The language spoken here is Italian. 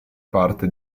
parte